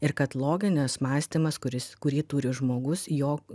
ir kad loginis mąstymas kuris kurį turi žmogus jo